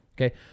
okay